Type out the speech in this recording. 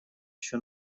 еще